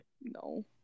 No